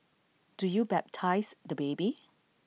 do you baptise the baby